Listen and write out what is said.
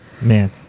Man